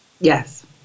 Yes